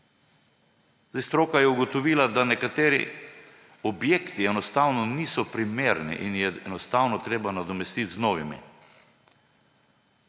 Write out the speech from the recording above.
Stroka je ugotovila, da nekateri objekti enostavno niso primerni in jih je enostavno treba nadomestiti z novimi.